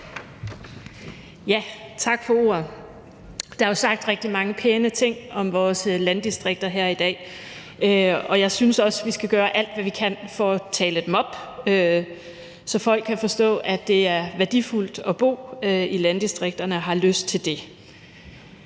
Tak for ordet. Der er jo sagt rigtig mange pæne ting her i dag om vores landdistrikter, og jeg synes også, vi skal gøre alt, hvad vi kan, for at tale dem op, så folk kan forstå, at det er værdifuldt at bo i landdistrikterne, og har lyst til det.